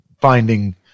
finding